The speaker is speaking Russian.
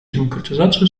демократизацию